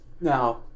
Now